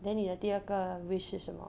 then 你的第二个 wish 是什么